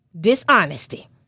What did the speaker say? dishonesty